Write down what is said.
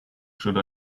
should